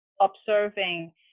observing